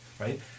right